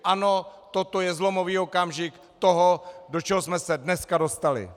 Ano, toto je zlomový okamžik toho, do čeho jsme se dneska dostali.